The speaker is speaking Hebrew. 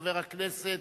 חבר הכנסת